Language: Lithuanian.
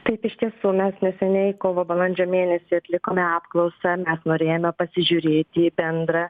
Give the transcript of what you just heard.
taip iš tiesų mes neseniai kovo balandžio mėnesį atlikome apklausą mes norėjome pasižiūrėti į bendrą